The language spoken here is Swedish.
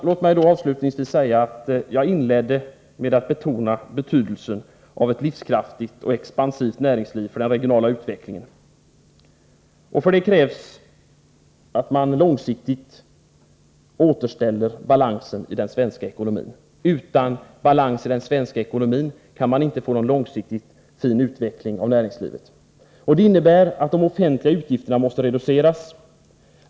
Låt mig avslutningsvis säga att jag inledde med att betona betydelsen av ett livskraftigt och expansivt näringsliv för den regionala utvecklingen. För det krävs att man långsiktigt återställer balansen i den svenska ekonomin. Utan balans i den svenska ekonomin kan man inte få någon långsiktigt fin utveckling av näringslivet. Det innebär att de offentliga utgifterna måste reduceras.